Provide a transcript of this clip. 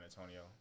Antonio